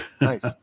Nice